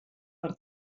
per